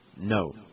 No